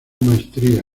maestría